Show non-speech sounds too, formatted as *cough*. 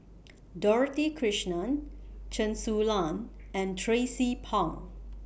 *noise* Dorothy Krishnan Chen Su Lan and Tracie Pang